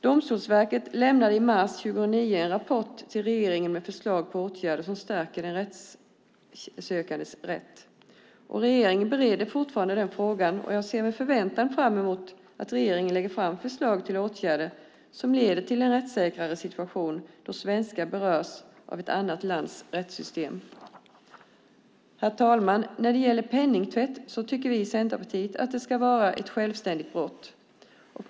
Domstolsverket lämnade i mars 2009 en rapport till regeringen med förslag till åtgärder som stärker den rättssökandes rätt. Regeringen bereder fortfarande den frågan, och jag ser med förväntan fram emot att regeringen lägger fram förslag till åtgärder som leder till en rättssäkrare situation då svenskar berörs av ett annat lands rättssystem. Herr talman! När det gäller penningtvätt tycker vi i Centerpartiet att det ska vara ett självständigt brott.